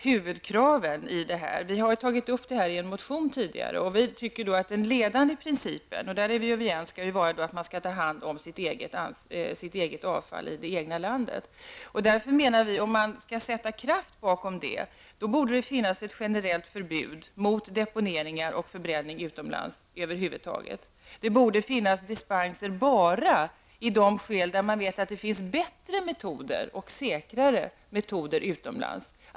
Huvudkraven har vi tagit upp dem i en motion tidigare, och vi tycker att den ledande principen skall vara att varje land skall ta hand om sitt avfall i det egna landet. Det är vi också överens om. Om vi skall sätta kraft bakom detta borde det finnas ett generellt förbud mot deponering och förbränning utomlands. Dispenser borde bara utfärdas i de fall där man vet att det finns bättre och säkrare metoder utomlands.